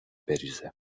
بریزه